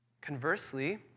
Conversely